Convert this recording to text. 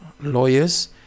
lawyers